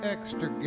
Extra